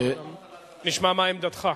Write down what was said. נשמע מה עמדתך.